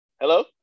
Hello